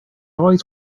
always